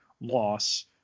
loss